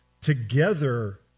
together